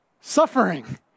suffering